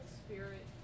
spirit